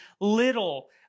little